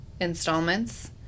installments